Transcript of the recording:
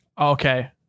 Okay